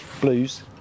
Blues